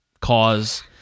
cause